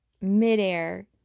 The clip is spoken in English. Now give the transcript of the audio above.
midair